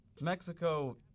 Mexico